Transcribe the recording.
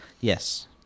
Yes